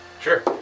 Sure